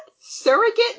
surrogate